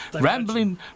rambling